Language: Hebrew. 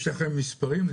ליאנה, יש לכם מספרים?